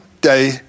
day